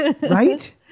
Right